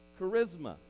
Charisma